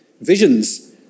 visions